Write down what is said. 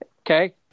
Okay